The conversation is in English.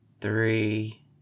three